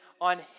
on